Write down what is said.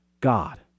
God